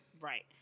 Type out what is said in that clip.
Right